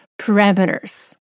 parameters